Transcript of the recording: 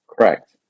Correct